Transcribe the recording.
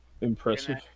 Impressive